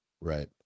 Right